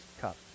cup